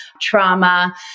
trauma